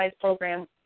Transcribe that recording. program